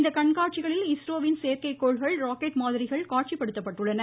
இக்கண்காட்சிகளில் இஸ்ரோவின் செயற்கை கோள்கள் ராக்கெட் மாதிரிகள் காட்சிப்படுத்தப் பட்டுள்ளன